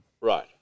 right